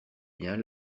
bien